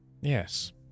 Yes